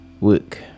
work